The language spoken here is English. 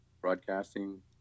broadcasting